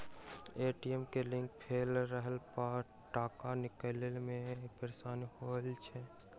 ATM के link fail रहलापर टाका निकालै मे परेशानी होइत छै